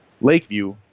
Lakeview